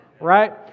right